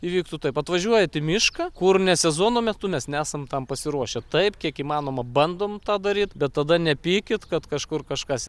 įvyktų taip atvažiuojat į mišką kur ne sezono metu mes nesam tam pasiruošę taip kiek įmanoma bandom tą daryt bet tada nepykit kad kažkur kažkas